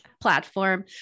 platform